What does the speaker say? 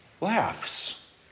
Laughs